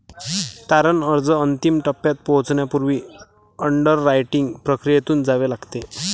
तारण अर्ज अंतिम टप्प्यात पोहोचण्यापूर्वी अंडररायटिंग प्रक्रियेतून जावे लागते